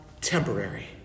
temporary